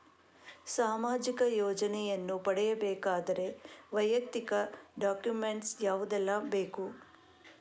ಸಾಮಾಜಿಕ ಯೋಜನೆಯನ್ನು ಪಡೆಯಬೇಕಾದರೆ ವೈಯಕ್ತಿಕ ಡಾಕ್ಯುಮೆಂಟ್ ಯಾವುದೆಲ್ಲ ಬೇಕು?